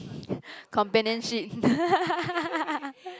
companionship